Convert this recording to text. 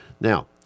Now